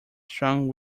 strong